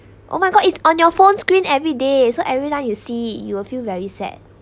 oh my god it's on your phone screen every day so everytime you see you will feel very sad